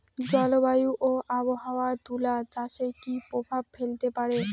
জলবায়ু ও আবহাওয়া তুলা চাষে কি প্রভাব ফেলতে পারে?